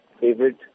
favorite